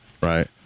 right